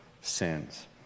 sins